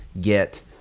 get